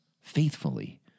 faithfully